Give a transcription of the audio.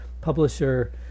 publisher